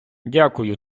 дякую